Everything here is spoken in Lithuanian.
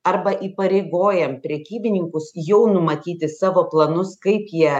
arba įpareigojam prekybininkus jau numatyti savo planus kaip jie